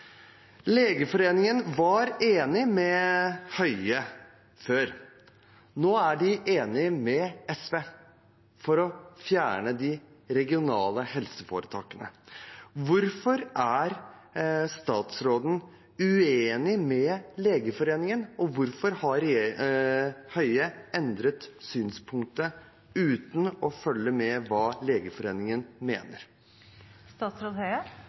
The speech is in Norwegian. Legeforeningen var enig med Høie før. Nå er de enige med SV om å fjerne de regionale helseforetakene. Hvorfor er statsråden uenig med Legeforeningen, og hvorfor har Høie endret sitt synspunkt, uten å følge med på hva Legeforeningen